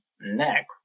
neck